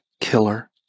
Killer